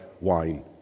wine